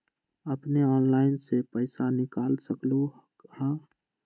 अपने ऑनलाइन से पईसा निकाल सकलहु ह?